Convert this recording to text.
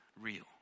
real